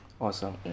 awesome